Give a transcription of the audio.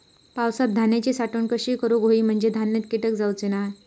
पावसात धान्यांची साठवण कशी करूक होई म्हंजे धान्यात कीटक जाउचे नाय?